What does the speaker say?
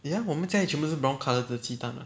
ya 我们家里的全部都是 brown colour 的鸡蛋 [what]